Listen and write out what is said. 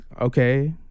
okay